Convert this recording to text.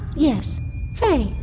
yes faye.